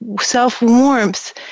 self-warmth